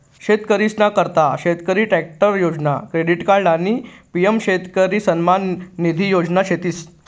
शेतकरीसना करता शेतकरी ट्रॅक्टर योजना, क्रेडिट कार्ड आणि पी.एम शेतकरी सन्मान निधी योजना शेतीस